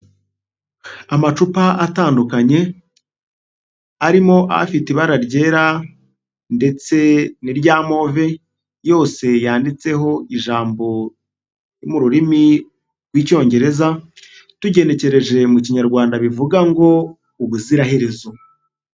Amacupa atandukanye arimo afite ibara ryera ndetse n'irya move yose yanditseho ijambo mu rurimi rw'Icyongereza tugenekereje mu kinyarwanda bivuga ngo ubuziraherezo.